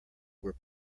were